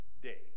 day